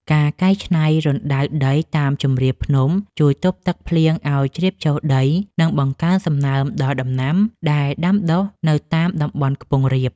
ការកែច្នៃរណ្តៅដីតាមជម្រាលភ្នំជួយទប់ទឹកភ្លៀងឱ្យជ្រាបចូលដី និងបង្កើនសំណើមដល់ដំណាំដែលដាំដុះនៅតាមតំបន់ខ្ពង់រាប។